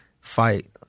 fight